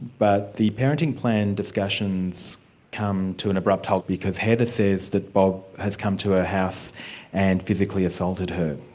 but the parenting plan discussions come to an abrupt halt because heather says that bob has come to her house and physically assaulted her.